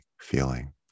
feeling